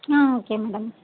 ம் okay madam